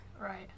Right